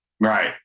Right